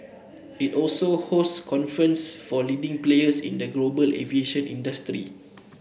it also host conference for leading players in the global aviation industry